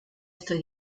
estoy